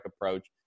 approach